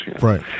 Right